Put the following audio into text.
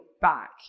back